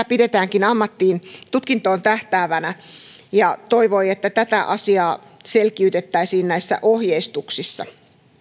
pidetäänkin ammattiin tai tutkintoon tähtäävänä ja toivoi että tätä asiaa selkiytettäisiin ohjeistuksissa